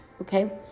Okay